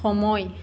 সময়